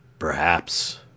Perhaps